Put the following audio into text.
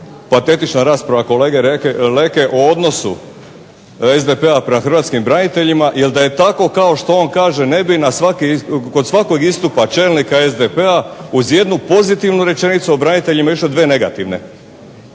patetična rasprava kolege Leke o odnosu SDP-a prema hrvatskim braniteljima, jer da je tako kao što on kaže ne bi na svaki, kod svakog istupa čelnika SDP-a uz jednu pozitivnu rečenicu o braniteljima išle dvije negativne.